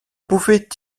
pouvait